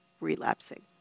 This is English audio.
relapsing